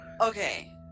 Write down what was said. Okay